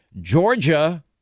Georgia